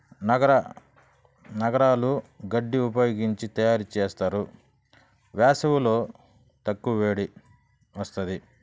నగరాలు గడ్డి ఉపయోగించి తయారు చేస్తారు వేసవిలో తక్కువ వేడి వస్తుంది